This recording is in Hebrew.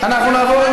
אנחנו נעבור,